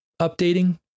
updating